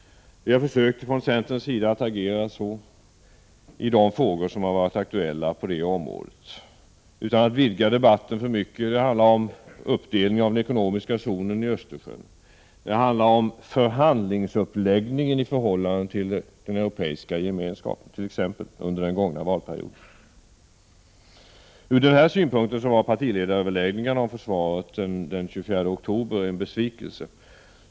Vi i centern har försökt att agera så i de frågor som har varit aktuella på det området, utan att vidga debatten för mycket. Det handlar om uppdelningen av den ekonomiska zonen i Östersjön. Det handlar om förhandlingsuppläggningen i förhållande till den Europeiska gemenskapen, som exempel, under den gångna valperioden. Från den synpunkten var partiledaröverläggningarna om försvaret det 24 oktober en besvikelse.